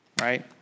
right